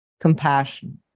compassion